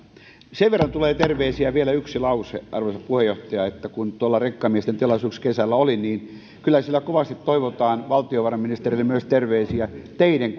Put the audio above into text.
sen verran tulee terveisiä vielä yksi lause arvoisa puheenjohtaja että kun tuolla rekkamiesten tilaisuuksissa kesällä olin niin kyllä kovasti toivottiin valtiovarainministerille terveisiä myös teiden